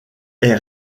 est